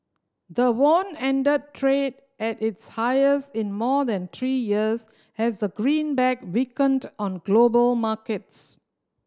the won ended trade at its highest in more than three years as the greenback weakened on global markets